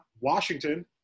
Washington